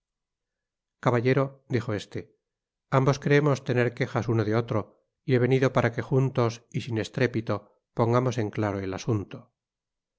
caballero dijo este ambos creemos tener quejas uno de otro y he venido para que juntos y sin estrépito pongamos en claro el asunto